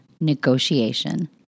Negotiation